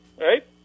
Right